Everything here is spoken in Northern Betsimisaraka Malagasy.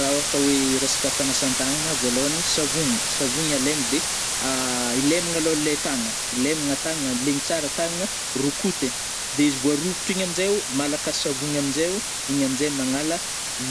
Rah ôhatra oe hiresaka fanasantagnana, vôlôhagny savogny, savogny alaigny de a ilemgna alô le tagna - ilemagna tagna - legny tsara le tagnana, rokoty ai de izy vô rokotry igny amzaio, malaka savogny amnjaio, igny amnjay magnala